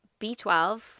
b12